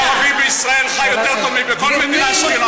כל ערבי בישראל חי יותר טוב מבכל מדינה שכנה.